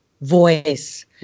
voice